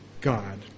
God